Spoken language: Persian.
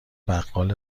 بقال